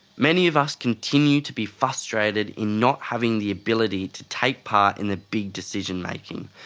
many of us continue to be frustrated in not having the ability to take part in the big decision-making,